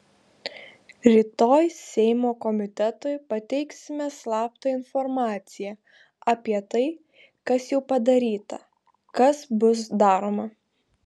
rytoj seimo komitetui pateiksime slaptą informaciją apie tai kas jau padaryta kas bus daroma